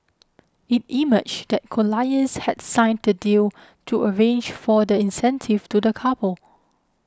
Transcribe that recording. it emerged that Colliers had signed the deal to arrange for the incentive to the couple